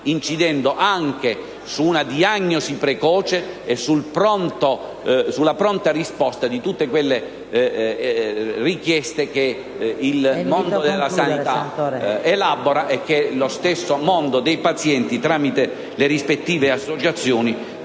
anche favorendo la diagnosi precoce e con la pronta risposta a tutte quelle richieste che il mondo della sanità elabora e che lo stesso mondo dei pazienti, tramite le rispettive associazioni,